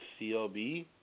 CLB